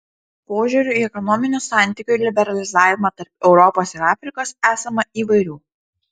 požiūrių į ekonominių santykių liberalizavimą tarp europos ir afrikos esama įvairių